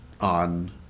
on